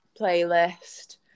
playlist